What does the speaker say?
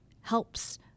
helps